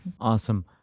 Awesome